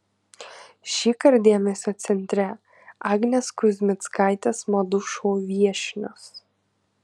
šįkart dėmesio centre agnės kuzmickaitės madų šou viešnios